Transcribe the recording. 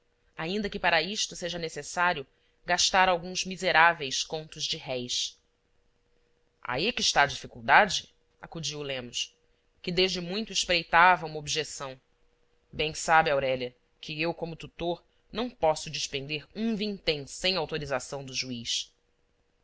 ainda que para isto seja necessário gastar alguns miseráveis contos de réis aí é que está a dificuldade acudiu o lemos que desde muito espreitava uma objeção bem sabe aurélia que eu como tutor não posso despender um vintém sem autorização do juiz